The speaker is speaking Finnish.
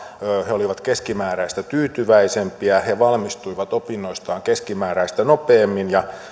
he olivat keskimääräistä tyytyväisempiä he valmistuivat opinnoistaan keskimääräistä nopeammin ja